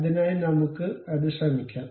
അതിനായി നമുക്ക് അത് ശ്രമിക്കാം